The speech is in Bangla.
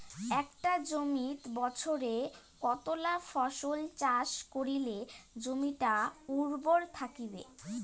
একটা জমিত বছরে কতলা ফসল চাষ করিলে জমিটা উর্বর থাকিবে?